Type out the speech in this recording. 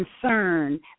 concern